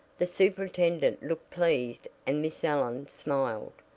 the superintendent looked pleased and miss allen smiled.